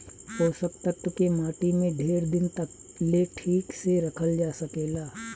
पोषक तत्व के माटी में ढेर दिन तक ले ठीक से रखल जा सकेला